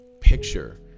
picture